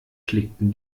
klickten